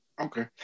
Okay